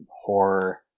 horror